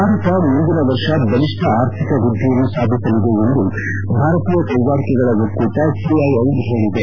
ಭಾರತ ಮುಂದಿನ ವರ್ಷ ಬಲಿಷ್ಠ ಆರ್ಥಿಕ ವೃದ್ದಿಯನ್ನು ಸಾಧಿಸಲಿದೆ ಎಂದು ಭಾರತೀಯ ಕೈಗಾರಿಕೆಗಳ ಒಕ್ಕೂಟ ಸಿಐಐ ಹೇಳಿದೆ